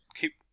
Keep